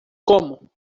como